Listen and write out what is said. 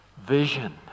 Vision